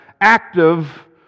active